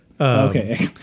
okay